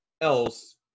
else